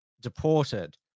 deported